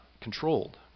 controlled